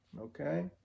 okay